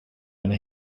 ina